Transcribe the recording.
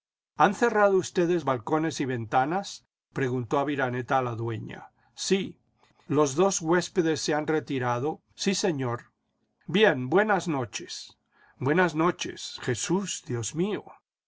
han cerrado ustedes balcones y ventanas preguntó aviraneta a la dueña sí los dos huéspedes se han retirado sí señor jbien jbuenas noches buenas noches jesús dios mío